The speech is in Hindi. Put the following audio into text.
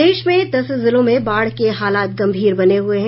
प्रदेश में दस जिलों में बाढ़ के हालात गंभीर बने हुए हैं